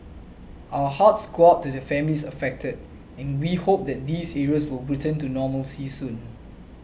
our hearts go out to the families affected and we hope that these areas will return to normalcy soon